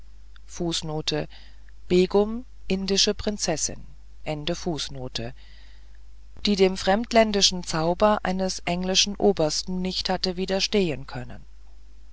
begumbegum indische prinzessin sei die dem fremdländischen zauber eines englischen obersten nicht hatte widerstehen können